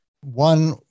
One